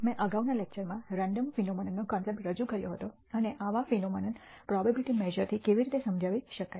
મેં અગાઉના લેક્ચરમાં રેન્ડમ ફિનોમનનનો કોન્સેપ્ટ રજૂ કર્યો હતો અને આવા ફિનોમનન પ્રોબેબીલીટી મેશ઼ર્જ઼ થી કેવી રીતે સમજાવી શકાય